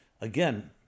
Again